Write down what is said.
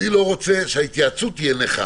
אני לא רוצה שההתייעצות תהיה נכה,